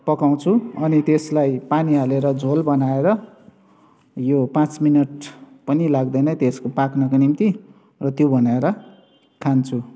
पकाउँछु अनि त्यसलाई पानी हालेर झोल बनाएर यो पाँच मिनट पनि लाग्दैन त्यसको पाक्नको निम्ति र त्यो बनाएर खान्छु